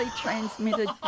transmitted